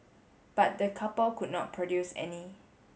but the couple could not produce any